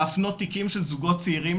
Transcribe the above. להפנות תיקים של זוגות צעירים,